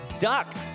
Duck